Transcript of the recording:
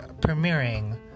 premiering